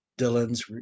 Dylan's